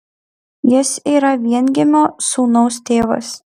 jis yra viengimio sūnaus tėvas